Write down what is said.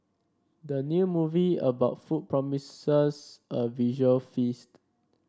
the new movie about food promises a visual feast